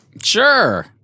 Sure